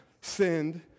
sinned